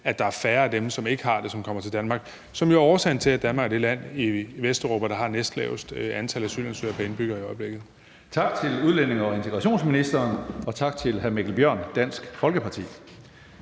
at der er færre af dem, som ikke har det, som kommer til Danmark, hvilket jo er årsagen til, at Danmark er det land i Vesteuropa, der har det næstlaveste antal asylansøgere pr. indbygger i øjeblikket. Kl. 14:35 Tredje næstformand (Karsten Hønge): Tak til udlændinge- og integrationsministeren, og tak til hr. Mikkel Bjørn, Dansk Folkeparti.